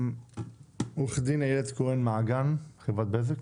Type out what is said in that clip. עו"ד איילת כהן מעגן מחברת בזק,